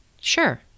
sure